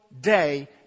day